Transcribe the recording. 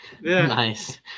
nice